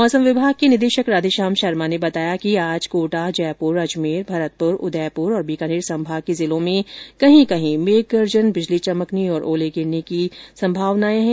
मौसम विभाग के निदेशक राधेश्याम शर्मा ने बताया कि आज कोटा जयपुर अजमेर भरतपुर उदयपुर और बीकानेर संभाग के जिलों में कहीं कहीं मेघगर्जन बिजली चमकने और ओले गिरने की संभावना है